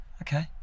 Okay